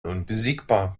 unbesiegbar